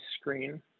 screen